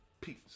Peace